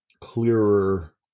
clearer